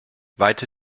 weite